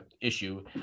issue